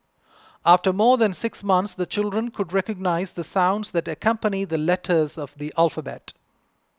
after more than six months the children could recognise the sounds that accompany the letters of the alphabet